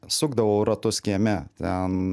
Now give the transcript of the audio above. sukdavau ratus kieme ten